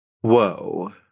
Whoa